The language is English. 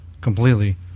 Completely